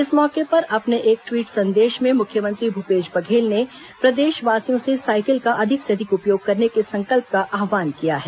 इस मौके पर अपने एक ट्वीट संदेश में मुख्यमंत्री भूपेश बघेल ने प्रदेशवासियों से साइकिल का अधिक से अधिक उपयोग करने के संकल्प का आव्हान किया है